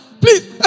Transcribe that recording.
Please